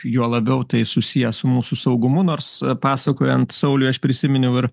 juo labiau tai susiję su mūsų saugumu nors pasakojant sauliui aš prisiminiau ir